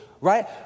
right